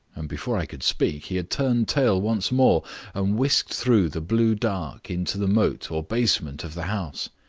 and before i could speak he had turned tail once more and whisked through the blue dark into the moat or basement of the house.